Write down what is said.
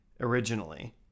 originally